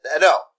No